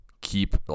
keep